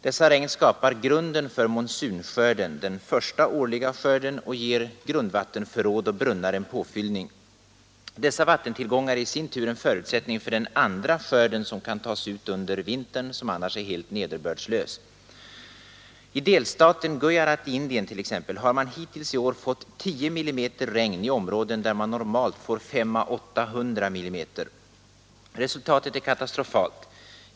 Dessa regn skapar grunden för monsunskörden, årets första skörd, och ger dessutom grundvattenförråd och brunnar en påfyllning. Dessa vattentillgångar är i sin tur en förutsättning för den andra årliga skörd som kan tas ut under ”vintern”, som annars är helt nederbördslös. I t.ex. delstaten Gujarat i Indien har man hittills i år endast fått 10 mm regn i områden, där man normalt får 500 å 800 mm. Resultatet är katastrofalt.